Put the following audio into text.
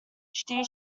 phd